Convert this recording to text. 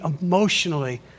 emotionally